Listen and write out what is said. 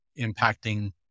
impacting